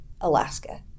Alaska